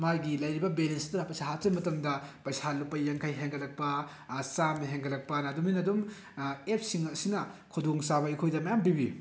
ꯃꯥꯒꯤ ꯂꯩꯔꯤꯕ ꯕꯦꯂꯦꯟꯁꯇꯨꯗ ꯄꯩꯁꯥ ꯍꯥꯞꯆꯤꯟꯕ ꯃꯇꯝꯗ ꯄꯩꯁꯥ ꯂꯨꯄꯥ ꯌꯥꯡꯈꯩ ꯍꯦꯟꯒꯠꯂꯛꯄ ꯆꯥꯝꯃ ꯍꯦꯟꯒꯠꯂꯛꯄꯅ ꯑꯗꯨꯃꯥꯏꯅ ꯑꯗꯨꯝ ꯑꯦꯞꯁꯁꯤꯡ ꯑꯁꯤꯅ ꯈꯨꯗꯣꯡ ꯆꯥꯕ ꯑꯩꯈꯣꯏꯗ ꯃꯌꯥꯝ ꯄꯤꯕꯤ